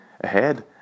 ahead